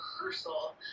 rehearsal